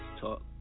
talk